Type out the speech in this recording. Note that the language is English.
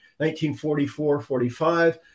1944-45